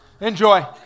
Enjoy